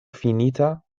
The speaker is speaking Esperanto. finita